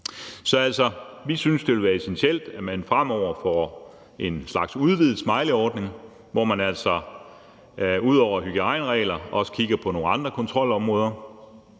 altså, at det ville være essentielt, at man fremover får en slags udvidet smileyordning, hvor man altså ud over hygiejneregler også kigger på nogle andre kontrolområder.